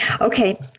Okay